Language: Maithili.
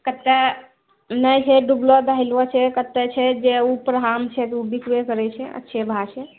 कते नहि छै डुबलो दहैलो छै कते छै जे ओ उपरहामे छै तऽ ओ बिकबे करै छै अच्छे भाव से